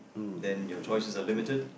then your choices are limited